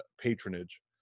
patronage